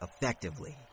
effectively